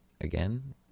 again